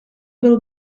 will